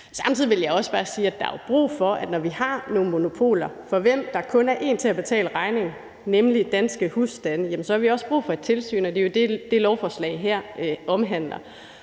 Samtidig vil jeg også bare sige, at der jo er brug for, at når vi har nogle monopoler, for hvem der kun er en til at betale regningen, nemlig danske husstande, så har vi også brug for et tilsyn, og det er jo det, lovforslaget her omhandler.